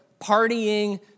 partying